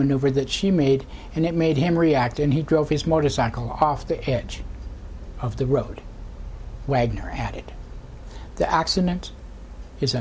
maneuver that she made and it made him react and he drove his motorcycle off the edge of the road wagner added the accident is